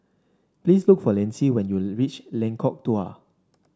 please look for Lynsey when you reach Lengkok Dua